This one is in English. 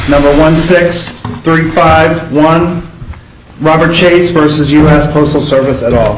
number one six thirty five one robert shea's versus u s postal service at all